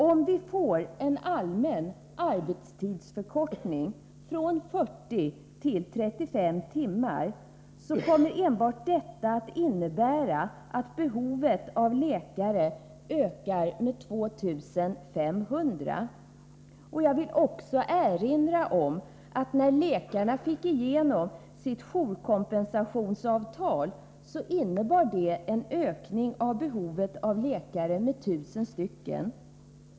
Om vi får en allmän arbetstidsförkortning från 40 till 35 timmar, kommer enbart detta att innebära att behovet av läkare ökar med 2 500 personer. Jag vill också erinra om att det faktum att läkarna fick igenom sitt jourkompensationsavtal innebär en ökning av behovet av läkare med 1 000 personer.